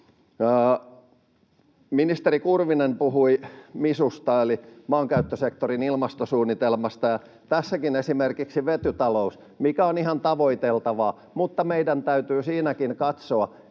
Ministeri Kurvinen puhui MISUsta eli maankäyttösektorin ilmastosuunnitelmasta, ja tässäkin on esimerkiksi vetytalous, mikä on ihan tavoiteltavaa, mutta meidän täytyy siinäkin katsoa,